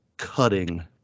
cutting